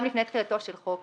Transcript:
גם לפני תחילתו של חוק זה.